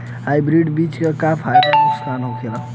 Hybrid बीज क का फायदा नुकसान ह?